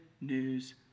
news